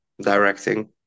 directing